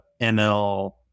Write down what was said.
ML